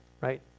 Right